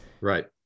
Right